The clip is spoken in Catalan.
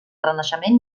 renaixement